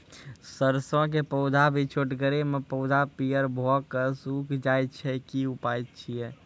सरसों के पौधा भी छोटगरे मे पौधा पीयर भो कऽ सूख जाय छै, की उपाय छियै?